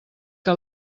que